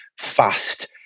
fast